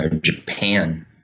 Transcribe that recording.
Japan